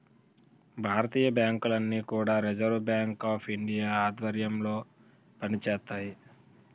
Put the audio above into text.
భారతీయ బ్యాంకులన్నీ కూడా Reserve Bank of India ఆధ్వర్యంలో పనిచేస్తాయి